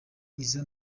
izo